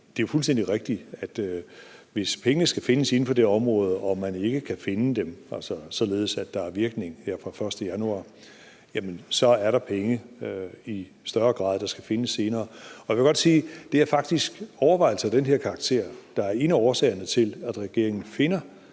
det er fuldstændig rigtigt, at hvis pengene skal findes inden for det område og man ikke kan finde dem, altså således at det har virkning her fra den 1. januar, er der i større grad penge, der skal findes senere. Jeg vil godt sige, at det faktisk er overvejelser af den her karakter, der er en af årsagerne til, at regeringen finder,